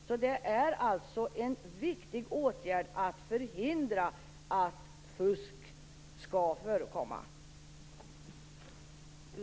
Så det är alltså en viktig åtgärd att förhindra att fusk förekommer.